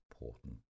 important